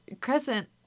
Crescent